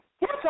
Yes